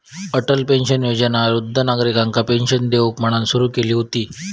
Atal pension योजना वृद्ध नागरिकांका पेंशन देऊक म्हणान सुरू केली हुती